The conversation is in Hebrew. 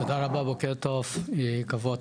תודה רבה, בוקר טוב, כבוד